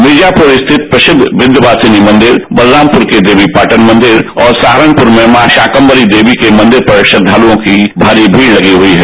मिर्जापूर स्थित प्रसिद्व विंध्यवासिनी मंदिर बलराम पूर के देवीपाटन मंदिर और सहारनपूर में माँ शाकम्मरी देवी के मंदिर पर श्रद्वालुओं की भारी भीड़ लगी हुई हैं